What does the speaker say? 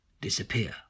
disappear